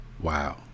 Wow